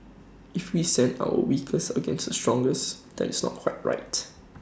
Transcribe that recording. if we send our weakest against the strongest then it's not quite right